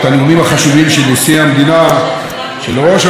של ראש הממשלה ושל ראשת האופוזיציה.